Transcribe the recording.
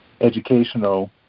educational